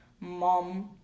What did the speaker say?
mom